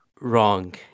wrong